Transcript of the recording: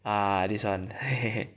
ah this one